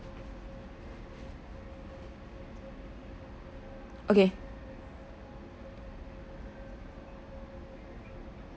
okay